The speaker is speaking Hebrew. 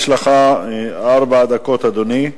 יש לך ארבע דקות, אדוני.